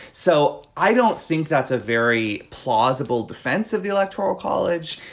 so i don't think that's a very plausible defense of the electoral college.